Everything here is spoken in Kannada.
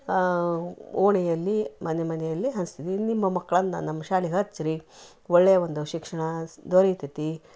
ಓಣಿಯಲ್ಲಿ ಮನೆ ಮನೆಯಲ್ಲಿ ಹಂಚ್ತೀವಿ ಇನ್ನು ನಿಮ್ಮ ಮಕ್ಕಳನ್ನ ನಮ್ಮ ಶಾಲೆಗೆ ಹಚ್ಚಿರೀ ಒಳ್ಳೆಯ ಒಂದು ಶಿಕ್ಷಣ ದೊರೆಯುತೈತಿ